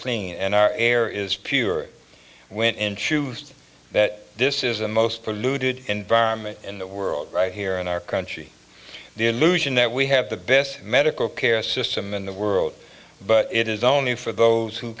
clean and our air is pure when in shoes that this is the most polluted environment in the world right here in our country the illusion that we have the best medical care system in the world but it is only for those who